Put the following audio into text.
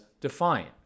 defiant